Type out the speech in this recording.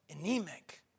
anemic